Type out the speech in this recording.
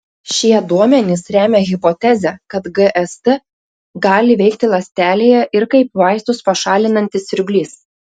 šie duomenys remia hipotezę kad gst gali veikti ląstelėje ir kaip vaistus pašalinantis siurblys